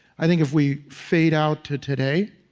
i think if we fade out to today,